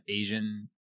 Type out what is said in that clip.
Asian